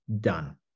done